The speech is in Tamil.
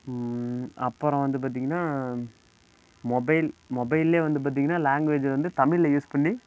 அப்புறம் வந்து பார்த்தீங்கனா மொபைல் மொபைல்லேயே வந்து பார்த்தீங்கனா லேங்க்வேஜ் வந்து தமிழில் யூஸ் பண்ணி